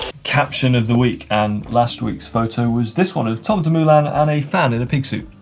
caption of the week, and last week's photo was this one of tom dumoulin and a fan in a pig suit.